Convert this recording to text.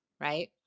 right